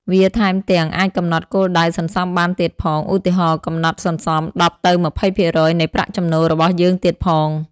វាថែមទាំង អាចកំណត់គោលដៅសន្សំបានទៀតផង ឧទាហរណ៍ កំណត់សន្សំ ១០ ទៅ ២០% នៃប្រាក់ចំណូលរបស់យើងទៀតផង។